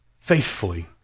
faithfully